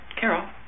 Carol